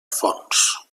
fons